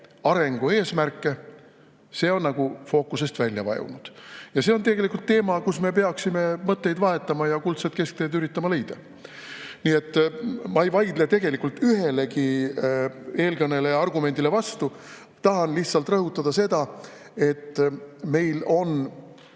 arengu eesmärke? See on nagu fookusest välja vajunud. See on tegelikult teema, mille üle me peaksime mõtteid vahetama ja kuldset keskteed üritama leida. Ma ei vaidle tegelikult ühelegi eelkõneleja argumendile vastu. Tahan lihtsalt rõhutada, et meil on